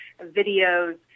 videos